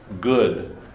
good